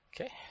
Okay